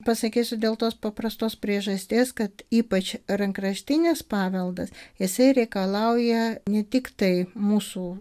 pasakysiu dėl tos paprastos priežasties kad ypač rankraštinis paveldas jisai reikalauja ne tiktai mūsų